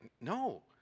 no